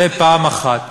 זה פעם אחת.